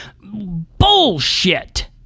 Bullshit